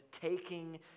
taking